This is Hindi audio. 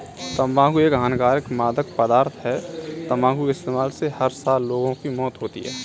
तंबाकू एक हानिकारक मादक पदार्थ है, तंबाकू के इस्तेमाल से हर साल लाखों लोगों की मौत होती है